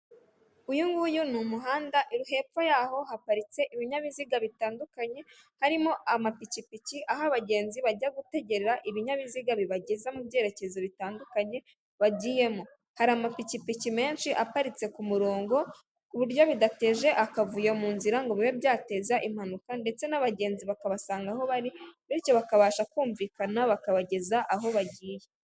Uyu nguyu ni umuhanda, hepfo y'aho haparitse ibinyabiziga bitandukanye, harimo amapikipiki aho abagenzi bajya gutegera ibinyabiziga bibageza mu byerekezo bitandukanye bagiyemo, hari amapikipiki menshi aparitse ku murongo ku buryo bidateje akavuyo mu nzira ngo bibe byateza impanuka ndetse n'abagenzi bakabasanga aho bari, bityo bakabasha kumvikana bakabageza aho bagiye.